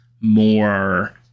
more